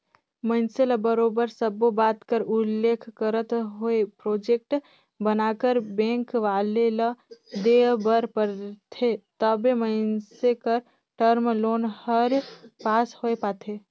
मइनसे ल बरोबर सब्बो बात कर उल्लेख करत होय प्रोजेक्ट बनाकर बेंक वाले ल देय बर परथे तबे मइनसे कर टर्म लोन हर पास होए पाथे